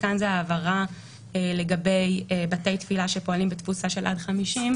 וכאן זה הבהרה לגבי בתי תפילה שפועלים בתפוסה של עד 50,